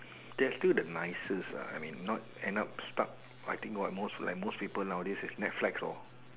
they're still the nicest ah I mean not end up stuck I think what most like most people nowadays it's netflix or